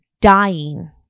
dying